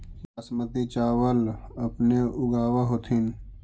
बासमती चाबल अपने ऊगाब होथिं?